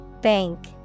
Bank